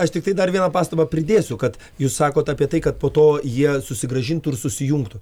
aš tiktai dar vieną pastabą pridėsiu kad jūs sakot apie tai kad po to jie susigrąžintų ir susijungtų